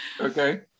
Okay